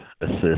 assist